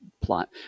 plot